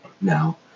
now